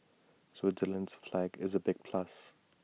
Switzerland's flag is A big plus